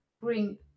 bring